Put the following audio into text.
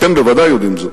אתם בוודאי יודעים זאת,